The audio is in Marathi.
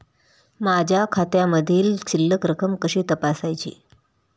माझ्या खात्यामधील शिल्लक रक्कम कशी तपासायची?